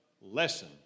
lesson